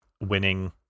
winning